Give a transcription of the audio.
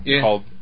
called